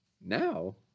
now